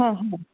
হয় হয়